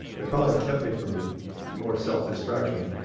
it probably kept me from more self-destruction,